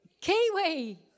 Kiwi